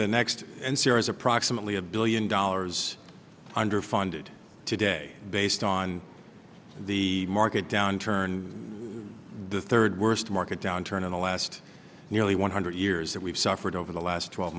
the next and c r is approximately a billion dollars underfunded today based on the market downturn the third worst market downturn in the last nearly one hundred years that we've suffered over the last twelve